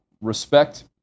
respect